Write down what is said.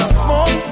smoke